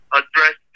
address